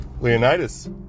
Leonidas